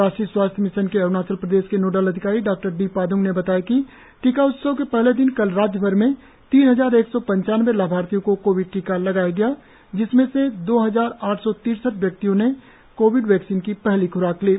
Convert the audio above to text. राष्ट्रीय स्वास्थ्य मिशन के अरुणाचल प्रदेश के नोडल अधिकारी डॉ डी पाद्रंग ने बताया कि टीका उत्सव के पहले दिन कल राज्यभर में तीन हजार एक सौ पंचानबे लाभार्थियों को कोविड टीका लगाया गया जिसमें से दो हजार आठ सौ तिरसठ व्यक्तियों ने कोविड वैक्सीन की पहली ख्राक ली